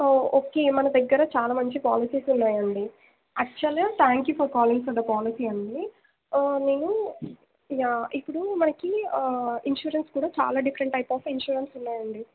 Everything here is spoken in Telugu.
ఓకే మన దగ్గర చాలా మంచి పాలసీస్ ఉన్నాయండి యాక్చువల్గా thank you for calling for the policy అండి నేను ఇక ఇప్పుడు మనకు ఇన్సూరెన్స్ కూడా చాలా డిఫరెంట్ టైప్ ఆఫ్ ఇన్సూరెన్స్ ఉన్నాయండి